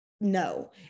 no